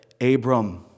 Abram